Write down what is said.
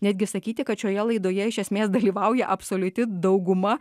netgi sakyti kad šioje laidoje iš esmės dalyvauja absoliuti dauguma